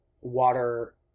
water